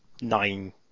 nine